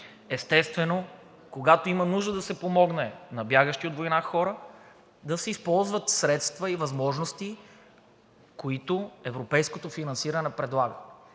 Естествено, когато има нужда да се помогне на бягащи от война хора, да се използват средства и възможности, които европейското финансиране предлага.